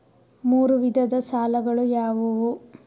ಮೂರು ವಿಧದ ಸಾಲಗಳು ಯಾವುವು?